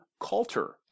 Calter